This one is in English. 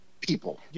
people